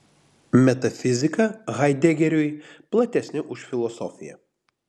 metafizika haidegeriui platesnė už filosofiją